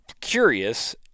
curious